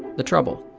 the trouble.